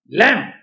lamb